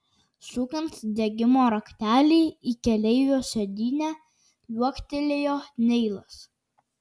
sukant degimo raktelį į keleivio sėdynę liuoktelėjo neilas